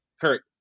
Kurt